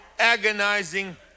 agonizing